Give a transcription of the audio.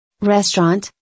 Restaurant